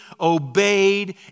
obeyed